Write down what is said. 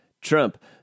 Trump